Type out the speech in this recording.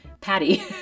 Patty